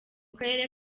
karere